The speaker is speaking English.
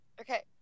Okay